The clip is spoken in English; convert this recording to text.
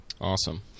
Awesome